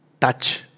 touch